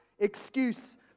excuse